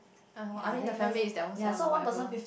ah I mean the family is their ownself lah whatever